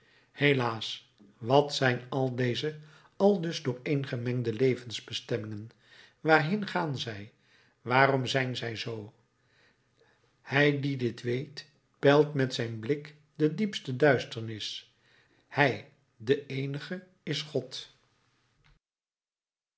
helaas wat zijn al deze aldus dooreengemengde levensbestemmingen waarheen gaan zij waarom zijn zij zoo hij die dit weet peilt met zijn blik de diepste duisternis hij de eenige is god